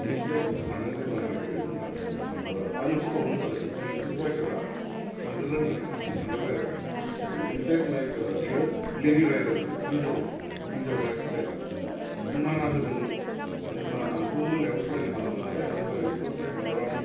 मोनसे जायगायाव थानो जेब्ला नागेरो होमबा ओह आर मोनसे प्रब्लेम जालायबाय जोंनि सासे राइडारा थांगोरनो होन्नानै हारसिं थांगोरबाय आरो इनपेक्ट लाइक बेयो लेडि राइडारमोन ना हिन्जाव हिन्जाव बाइक सालाइग्रा स जों माना होदोंमोन मानो होमबा आंथ' मोनायाव सालायनो हालामोन नालाय मानो होमबा बिकस लाइक एराउन्ड